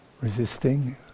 resisting